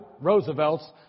Roosevelt's